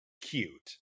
cute